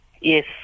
Yes